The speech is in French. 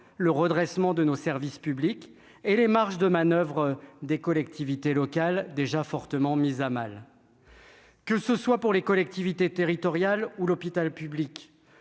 le redressement de nos services publics et les marges de manoeuvre des collectivités locales, déjà fortement mise à mal. Que ce soit pour les collectivités territoriales ou l'hôpital public,